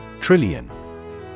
Trillion